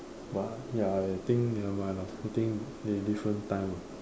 but ya I think nevermind lah I think they different time lah